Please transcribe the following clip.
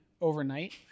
overnight